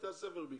בתי הספר בעיקר.